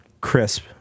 crisp